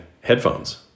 headphones